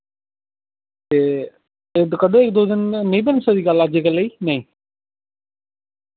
ते ओह् कड्ढो इक दो दिन नेईं बनी सकदी गल्ल अज्जकलै गी नेईं